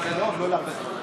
לא יתקדם עד שתבוא ממשלתית?